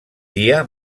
dia